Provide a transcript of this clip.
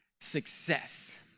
success